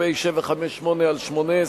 פ/758/18,